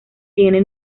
tiene